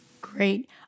Great